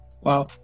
wow